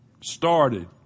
started